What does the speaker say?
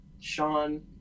Sean